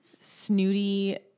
snooty